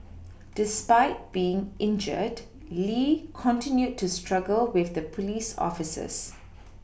despite being injured Lee continued to struggle with the police officers